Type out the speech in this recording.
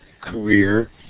career